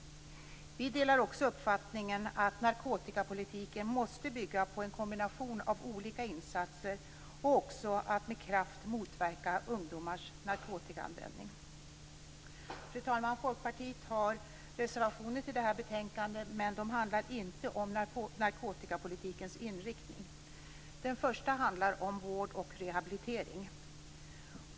Vi delar också uppfattningen att narkotikapolitiken måste bygga på en kombination av olika insatser och även på att man med kraft skall motverka ungdomars narkotikaanvändning. Fru talman! Folkpartiet har reservationer till detta betänkande, men de handlar inte om narkotikapolitikens inriktning. Den första reservationen handlar om vård och rehabilitering.